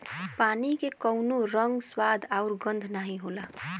पानी के कउनो रंग, स्वाद आउर गंध नाहीं होला